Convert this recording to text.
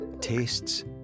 tastes